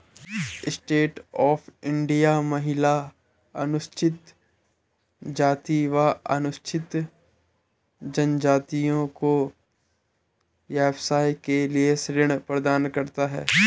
stand up India महिला, अनुसूचित जाति व अनुसूचित जनजाति को व्यवसाय के लिए ऋण प्रदान करता है